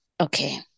okay